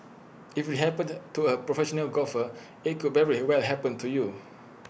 if IT happened to A professional golfer IT could very well happen to you